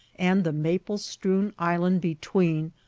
and the maple-strewn island between,